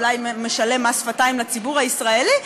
אולי משלם מס שפתיים לציבור הישראלי,